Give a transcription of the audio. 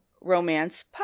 romance